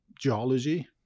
geology